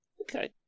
Okay